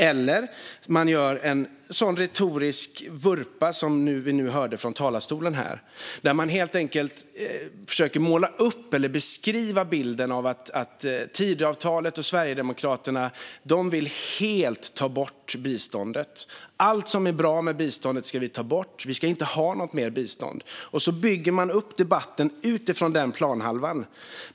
Eller också görs det en sådan retorisk vurpa, som vi nu hörde från talarstolen, där ledamoten helt enkelt försöker måla upp eller beskriva en bild av att Tidöavtalet och Sverigedemokraterna vill ta bort biståndet helt. Allt som är bra med biståndet ska vi ta bort, och vi ska inte ha något mer bistånd. Sedan byggs debatten upp utifrån denna planhalva.